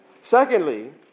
Secondly